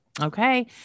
Okay